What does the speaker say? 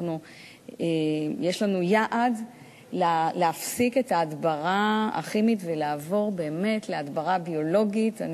יש לנו יעד להפסיק את ההדברה הכימית ולעבור להדברה ביולוגית.